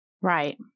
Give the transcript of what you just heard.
Right